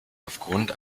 aufgrund